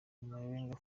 ombolenga